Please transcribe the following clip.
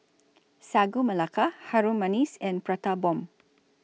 Sagu Melaka Harum Manis and Prata Bomb